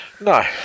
No